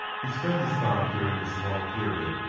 he spent his time, during this long period,